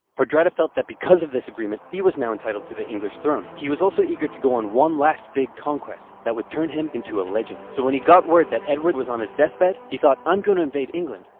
hardrada felt that because of this agreement, he was now entitled to the english throne. he was also eager to go on one last big conquest that would turn him into a legend. so when he got word that edward was on his deathbed, he thought, i'm going to invade england,